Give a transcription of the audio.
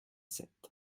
sept